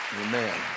Amen